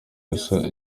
gusa